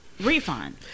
refund